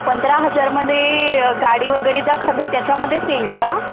पंधरा हजारमध्ये गाडी वगैरेचा खर्च त्याच्यामध्येच येईल का